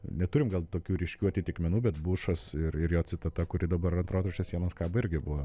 neturim gal tokių ryškių atitikmenų bet bušas ir ir jo citata kuri dabar ant rotušės sienos kaba irgi buvo